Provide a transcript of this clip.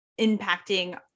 impacting